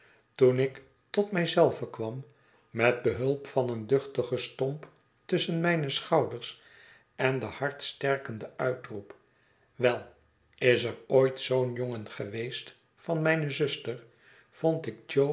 toen ik tot my zelven kwam met behulp van een duchtigen stomp tusschen mijne schouders en den hartsterkenden uitroep wei is er ooit zoo'n jongen geweest van myne zuster vond ik jo